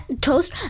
toast